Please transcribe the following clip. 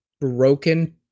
broken